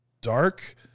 dark